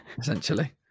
essentially